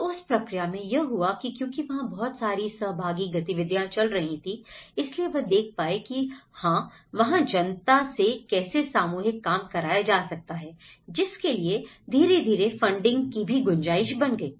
तो उस प्रक्रिया में यह हुआ कि क्योंकि वहाँ बहुत सारी सहभागी गतिविधियाँ चल रही थी इसलिए वह देख पाए कि हाँ वहाँ जनता से कैसे सामूहिक काम कराया जा सकता है जिसके लिए धीरे धीरे फंडिंग की भी गुंजाइश बन गई